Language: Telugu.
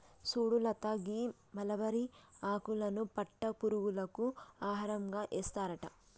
సుడు లత గీ మలబరి ఆకులను పట్టు పురుగులకు ఆహారంగా ఏస్తారట